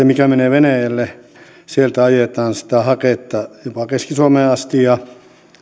mikä menee venäjälle ajetaan jopa keski suomeen asti ja